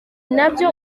nabyo